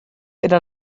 era